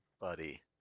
buddy